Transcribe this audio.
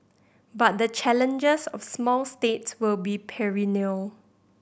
but the challenges of small states will be perennial